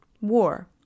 war